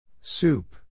Soup